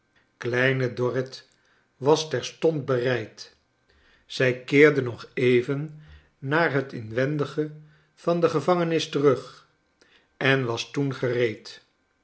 kleine dorrit was terstond boreid zij keerde nog even naar het inwendige van de gevangenis terug en was toen gereed